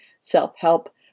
self-help